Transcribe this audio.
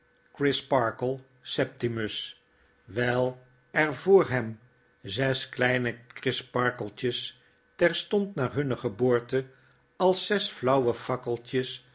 grisparkle septimus wijl er voor hem zes kleine crisparkletjes terstond na hunne geboorte als zes flauwe fakkeltjes